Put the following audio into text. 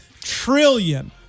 trillion